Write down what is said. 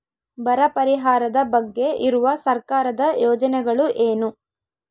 ಬರ ಪರಿಹಾರದ ಬಗ್ಗೆ ಇರುವ ಸರ್ಕಾರದ ಯೋಜನೆಗಳು ಏನು?